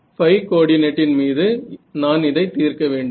ϕ கோஆர்டினேட்டின் ϕ coordinate மீது நான் இதை தீர்க்க வேண்டும்